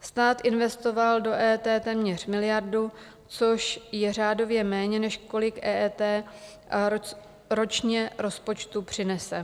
Stát investoval do EET téměř miliardu, což je řádově méně, než kolik EET ročně rozpočtu přinese.